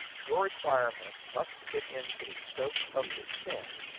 your requirement must fit into the scope of the sin.